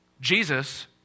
Jesus